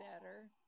better